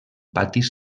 patis